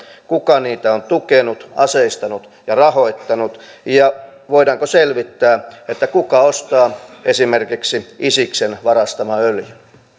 kuka niitä on tukenut aseistanut ja rahoittanut ja voidaanko selvittää kuka ostaa esimerkiksi isiksen varastaman öljyn